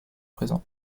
présent